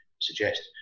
suggest